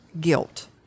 guilt